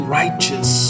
righteous